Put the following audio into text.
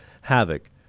havoc